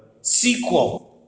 Sequel